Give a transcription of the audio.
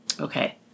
Okay